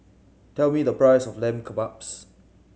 tell me the price of Lamb Kebabs